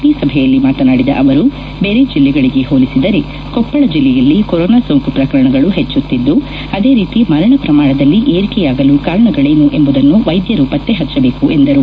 P ಸಭೆಯಲ್ಲಿ ಮಾತನಾಡಿದ ಅವರು ಬೇರ ಜಿಲ್ಲೆಗಳಿಗೆ ಹೋಲಿಸಿದರೆ ಕೊಪ್ಪಳ ಜಿಲ್ಲೆಯಲ್ಲಿ ಕೊರೋನಾ ಸೋಂಕು ಪ್ರಕರಣಗಳು ಹೆಚ್ಚುತ್ತಿದ್ದು ಅದೇ ರೀತಿ ಮರಣ ಪ್ರಮಾಣದಲ್ಲಿ ಏರಿಕೆಯಾಗಲು ಕಾರಣಗಳೇನು ಎಂಬುದನ್ನು ವೈದ್ಯರು ಪತ್ತೆಹಚ್ಚಬೇಕು ಎಂದರು